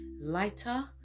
lighter